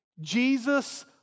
Jesus